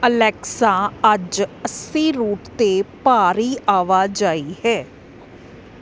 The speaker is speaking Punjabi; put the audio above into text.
ਅਲੈਕਸਾ ਅੱਜ ਅੱਸੀ ਰੂਟ 'ਤੇ ਭਾਰੀ ਆਵਾਜਾਈ ਹੈ